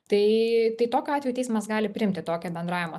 tai tai tokiu atveju teismas gali priimti tokią bendravimo